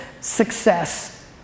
success